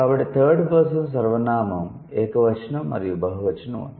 కాబట్టి third person సర్వనామం ఏకవచనం మరియు బహువచనం ఉంది